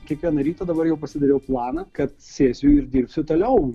kiekvieną rytą dabar jau pasidariau planą kad sėsiu ir dirbsiu toliau